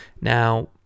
Now